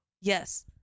yes